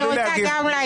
אני רוצה גם להגיב.